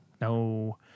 No